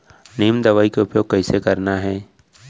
नीम दवई के उपयोग कइसे करना है?